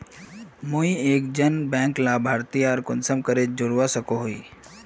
मुई एक जन बैंक लाभारती आर कुंसम करे जोड़वा सकोहो ही?